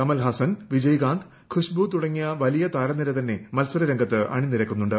കമൽഹാസൻ വിജയ് കാന്ത് ഖുശ്ബു തുടങ്ങിയ വലിയ താരനിര തന്നെ മത്സര രംഗത്ത് അണിനിരക്കുന്നുണ്ട്